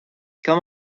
comme